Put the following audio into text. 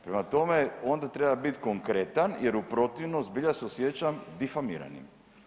Prema tome, onda treba biti konkretan jer u protivnom zbilja se osjećam difamiranim.